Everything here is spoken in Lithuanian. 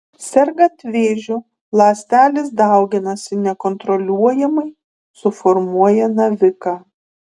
sergant vėžiu ląstelės dauginasi nekontroliuojamai suformuoja naviką